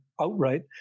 outright